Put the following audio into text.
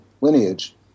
lineage